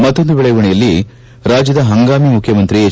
ಮತ್ತೊಂದು ದೆಳವಣಿಗೆಯಲ್ಲಿ ರಾಜ್ಯದ ಹಂಗಾಮಿ ಮುಖ್ಯಮಂತ್ರಿ ಎಚ್